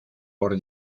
por